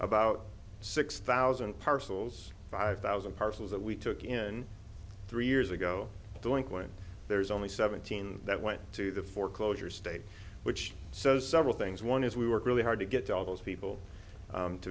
about six thousand parcels five thousand parcels that we took in three years ago doing when there's only seventeen that went to the foreclosure state which so several things one is we work really hard to get all those people